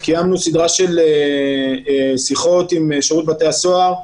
קיימנו סדרה של שיחות עם שירות בתי הסוהר.